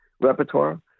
repertoire